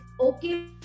okay